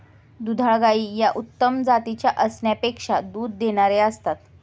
दुधाळ गायी या उत्तम जातीच्या असण्यापेक्षा दूध देणाऱ्या असतात